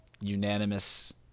Unanimous